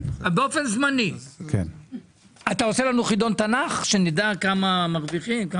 באופן זמני .אתה עושה לנו חידון תנ"ך שנדע כמה מרוויחים?